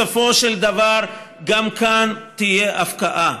בסופו של דבר גם כאן תהיה הבקעה.